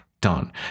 done